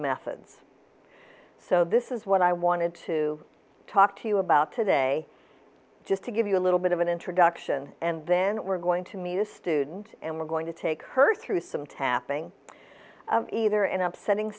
methods so this is what i wanted to talk to you about today just to give you a little bit of an introduction and then we're going to meet a student and we're going to take her through some tapping either an upsetting